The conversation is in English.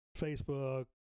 Facebook